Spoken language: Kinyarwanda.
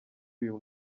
uyu